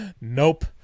nope